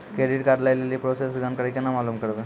Credit card लय लेली process के जानकारी केना मालूम करबै?